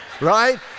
right